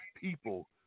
people